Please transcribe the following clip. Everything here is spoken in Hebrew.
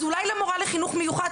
אז אולי למורה לחינוך מיוחד,